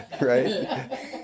right